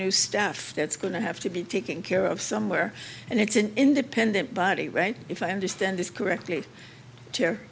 new staff that's going to have to be taking care of somewhere and it's an independent body right if i understand this correctly he